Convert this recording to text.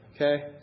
Okay